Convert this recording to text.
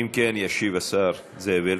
אם כן, ישיב השר זאב אלקין.